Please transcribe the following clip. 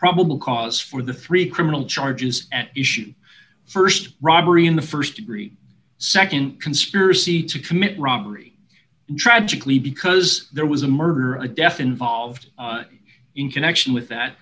probable cause for the three criminal charges at issue st robbery in the st degree nd conspiracy to commit robbery tragically because there was a murder a def involved in connection with that